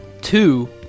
Two